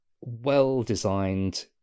well-designed